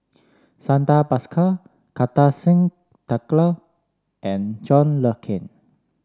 Santha Bhaskar Kartar Singh Thakral and John Le Cain